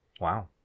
Wow